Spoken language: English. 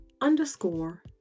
underscore